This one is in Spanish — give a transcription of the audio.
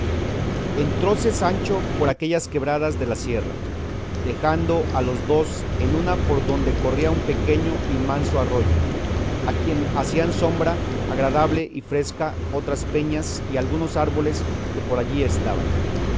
entróse sancho por aquellas quebradas de la sierra dejando a los dos en una por donde corría un pequeño y manso arroyo a quien hacían sombra agradable y fresca otras peñas y algunos árboles que por allí estaban